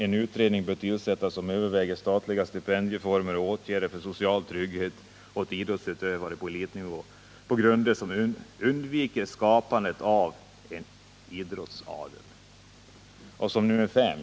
En utredning bör tillsättas som överväger statliga stipendieformer oc! åtgärder för social trygghet åt idrottsutövare på elitnivå på grunder somj undviker skapandet av en ”idrottsadel”. 5.